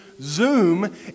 Zoom